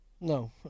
No